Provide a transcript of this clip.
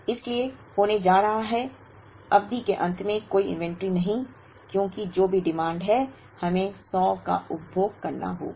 इसलिए होने जा रहा है अवधि के अंत में कोई इन्वेंट्री नहीं क्योंकि जो भी मांग है हमें 100 का उपभोग करना होगा